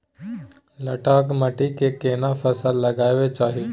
ललका माटी में केना फसल लगाबै चाही?